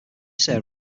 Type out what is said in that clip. server